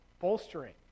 bolstering